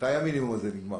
מתי המינימום הזה נגמר,